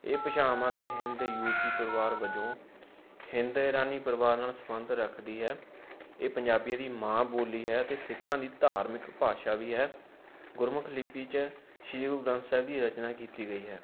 ਇਹ ਭਸ਼ਾਵਾਂ ਦੇ ਹਿੰਦ ਯੂਰਪੀ ਪਰਿਵਾਰ ਵਜੋਂ ਹਿੰਦ ਇਰਾਨੀ ਪਰਿਵਾਰ ਨਾਲ਼ ਸੰਬੰਧ ਰੱਖਦੀ ਹੈ ਇਹ ਪੰਜਾਬੀਆਂ ਦੀ ਮਾਂ ਬੋਲੀ ਹੈ ਅਤੇ ਸਿੱਖਾਂ ਦੀ ਧਾਰਮਿਕ ਭਾਸ਼ਾ ਵੀ ਹੈ ਗੁਰਮੁਖੀ ਲਿਪੀ 'ਚ ਸ਼੍ਰੀ ਗੁਰੂ ਗ੍ਰੰਥ ਸਾਹਿਬ ਦੀ ਰਚਨਾ ਕੀਤੀ ਗਈ ਹੈ